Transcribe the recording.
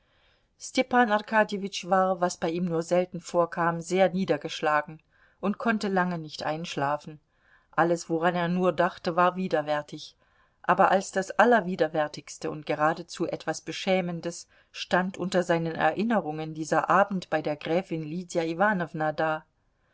arkadjewitsch war was bei ihm nur selten vorkam sehr niedergeschlagen und konnte lange nicht einschlafen alles woran er nur dachte war widerwärtig aber als das allerwiderwärtigste und geradezu als etwas beschämendes stand unter seinen erinnerungen dieser abend bei der gräfin lydia iwanowna da